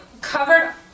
covered